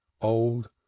old